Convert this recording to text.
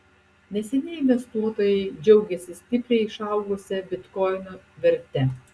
neseniai investuotojai džiaugėsi stipriai išaugusia bitkoino verte